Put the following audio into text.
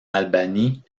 albanie